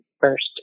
first